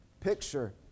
picture